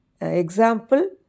example